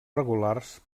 regulars